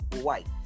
White